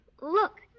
Look